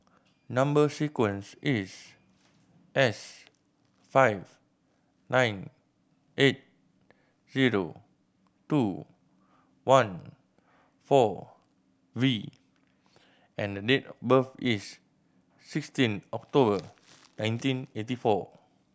number sequence is S five nine eight zero two one four V and the date of birth is sixteen October nineteen eighty four